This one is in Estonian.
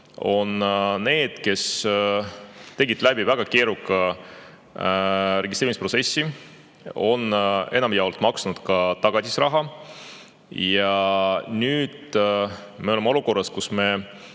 on need, kes tegid läbi väga keeruka registreerimisprotsessi, enamjaolt on nad maksnud ka tagatisraha. Ja nüüd me oleme olukorras, kus me